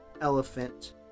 elephant